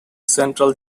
central